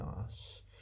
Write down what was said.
Yes